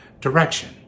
direction